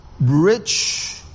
rich